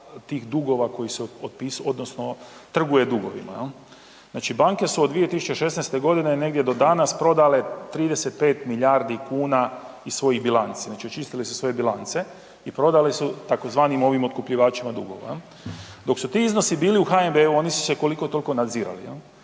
tih dugova koji se otpisuju, odnosno trguje dugovima. Znači banke su od 2016. godine negdje do danas prodale 35 milijardi kuna iz svojih bilanci. Znači očistili su svoje bilance i prodali su tzv. ovim otkupljivačima dugova. Dok su ti iznosi bili u HNB-u oni su se koliko toliko nadzirali jel,